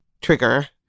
trigger